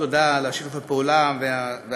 תודה על שיתוף הפעולה והסיוע,